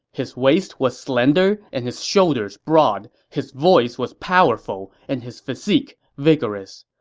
his waist was slender and his shoulders broad. his voice was powerful and his physique vigorous.